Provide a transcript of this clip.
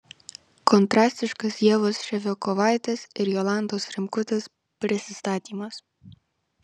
kontrastiškas ievos ševiakovaitės ir jolantos rimkutės prisistatymas